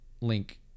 link